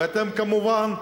ואתם כמובן,